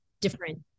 different